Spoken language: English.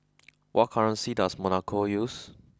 what currency does Monaco use